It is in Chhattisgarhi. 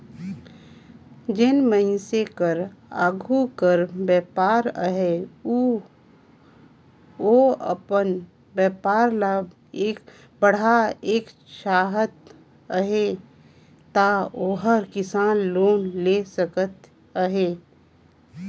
जेन मइनसे कर आघु कर बयपार अहे अउ ओ अपन बयपार ल बढ़ाएक चाहत अहे ता ओहर किसोर लोन ले सकत अहे